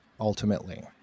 ultimately